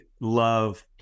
love